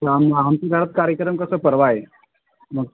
तर आम आमच्या घरात कार्यक्रम कसं परवा आहे मग